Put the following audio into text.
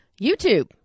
YouTube